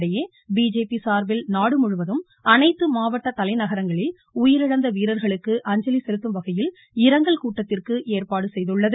இதனிடையே பிஜேபி சார்பில் நாடுமுழுவதும் அனைத்து மாவட்ட தலைநகரங்களில் உயிரிழந்த வீரர்களுக்கு அஞ்சலி செலுத்தும்வகையில் இரங்கல் கூட்டத்திற்கு ஏற்பாடு செய்துள்ளது